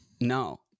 No